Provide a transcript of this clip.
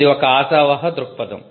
ఇది ఒక ఆశావహ దృక్పధం